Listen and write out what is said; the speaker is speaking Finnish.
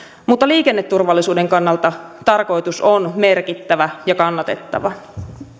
mutta liikenneturvallisuuden kannalta tarkoitus on merkittävä ja kannatettava